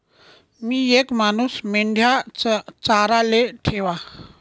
मी येक मानूस मेंढया चाराले ठेवा